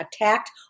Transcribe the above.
attacked